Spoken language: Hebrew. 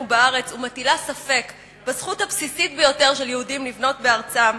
בארץ ומטילה ספק בזכות הבסיסית ביותר של יהודים לבנות בארצם,